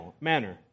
manner